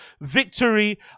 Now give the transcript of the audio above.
Victory